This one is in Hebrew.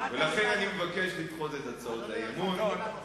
לכן אני מבקש לדחות את הצעות האי-אמון.